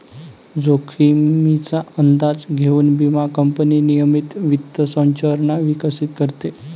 जोखमीचा अंदाज घेऊन विमा कंपनी नियमित वित्त संरचना विकसित करते